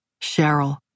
Cheryl